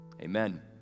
amen